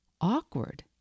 awkward